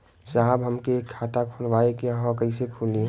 साहब हमके एक खाता खोलवावे के ह कईसे खुली?